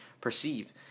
perceive